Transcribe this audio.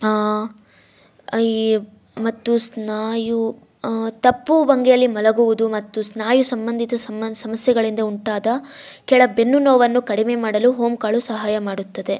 ಈ ಮತ್ತು ಸ್ನಾಯು ತಪ್ಪು ಭಂಗಿಯಲ್ಲಿ ಮಲಗುವುದು ಮತ್ತು ಸ್ನಾಯು ಸಂಬಂಧಿತ ಸಮ್ಮ ಸಮಸ್ಯೆಗಳಿಂದ ಉಂಟಾದ ಕೆಳ ಬೆನ್ನು ನೋವನ್ನು ಕಡಿಮೆ ಮಾಡಲು ಓಮ್ ಕಾಳು ಸಹಾಯ ಮಾಡುತ್ತದೆ